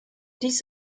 dies